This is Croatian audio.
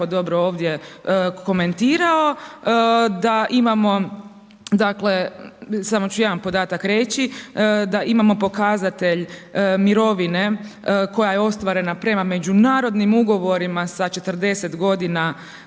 dobro ovdje komentirao da imamo dakle, samo ću jedan podatak reći, da imamo pokazatelj mirovine koje je ostvarena prema međunarodnim ugovorima sa 40 godina